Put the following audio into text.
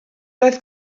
doedd